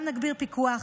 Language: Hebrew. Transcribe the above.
גם נגביר פיקוח,